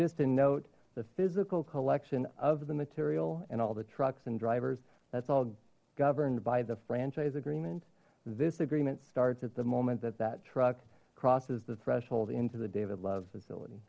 just a note the physical collection of the material and all the trucks and drivers that's all governed by the franchise agreement this agreement starts at the moment that that truck crosses the threshold into the david love